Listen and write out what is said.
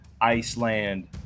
iceland